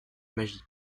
magie